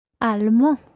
Allemand